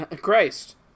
Christ